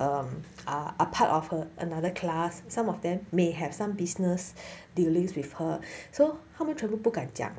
um are part of her another class some of them may have some business dealings with her so 他们全部不敢讲